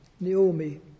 Naomi